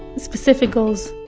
specific goals